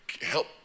help